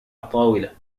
الطاولة